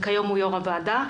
שכיום הוא יושב-ראש הוועדה.